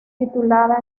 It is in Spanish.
titulada